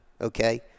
Okay